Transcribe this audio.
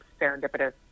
serendipitous